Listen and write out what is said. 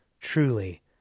Truly